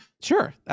sure